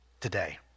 today